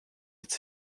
its